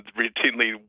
routinely